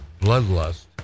Bloodlust